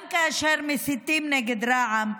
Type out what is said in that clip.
גם כאשר מסיתים נגד רע"מ,